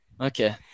Okay